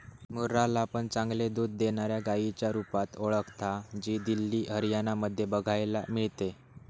मुर्रा ला पण चांगले दूध देणाऱ्या गाईच्या रुपात ओळखता, जी दिल्ली, हरियाणा मध्ये बघायला मिळते